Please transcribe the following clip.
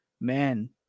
man